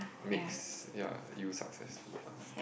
makes ya you successful lah